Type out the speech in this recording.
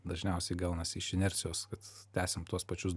dažniausiai gaunasi iš inercijos kad tęsiam tuos pačius